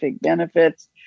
benefits